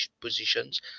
positions